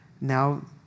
Now